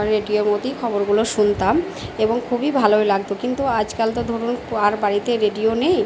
রেডিওর মধ্যেই খবরগুলো শুনতাম এবং খুবই ভালোই লাগত কিন্তু আজকাল তো ধরুন ও আর বাড়িতে রেডিও নেই